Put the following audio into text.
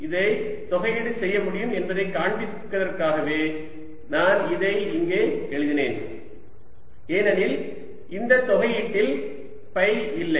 இதை தொகையீடு செய்யமுடியும் என்பதை காண்பிப்பதற்காகவே நான் இதை இங்கே எழுதினேன் ஏனெனில் இந்த தொகையீட்டில் ஃபை இல்லை